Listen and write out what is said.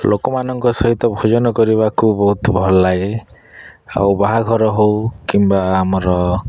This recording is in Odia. ଲୋକମାନଙ୍କ ସହିତ ଭୋଜନ କରିବାକୁ ବହୁତ ଭଲଲାଗେ ଆଉ ବାହାଘର ହେଉ କିମ୍ବା ଆମର